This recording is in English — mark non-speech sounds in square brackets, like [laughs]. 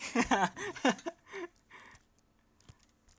[laughs]